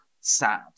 sad